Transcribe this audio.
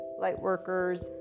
lightworkers